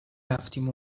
رفتیم